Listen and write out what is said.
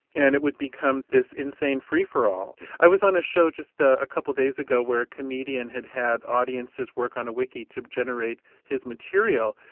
and it would become this insane free-for-all. i was on a show just a a couple of days ago where a comedian had had audiences work on a wiki to generate his material,